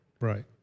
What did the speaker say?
Right